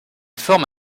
forme